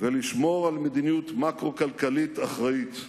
ולשמור על מדיניות מקרו-כלכלית אחראית.